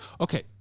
Okay